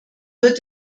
wird